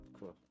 cool